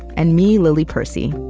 and me, lily percy.